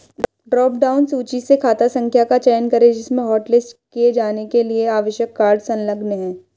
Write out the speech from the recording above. drop down सूची से खाता संख्या का चयन करें जिसमें हॉटलिस्ट किए जाने के लिए आवश्यक कार्ड संलग्न है